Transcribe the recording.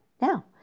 now